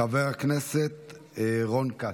חבר הכנסת רון כץ.